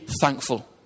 thankful